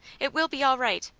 it will be all right.